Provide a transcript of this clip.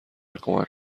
کمک